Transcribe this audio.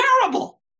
terrible